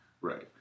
right